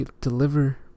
deliver